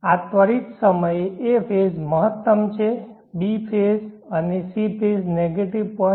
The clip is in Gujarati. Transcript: આ ત્વરિત સમયે a ફેઝ મહત્તમ છે b તબક્કો અને c ફેઝ નેગેટીવ 0